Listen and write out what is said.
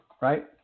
right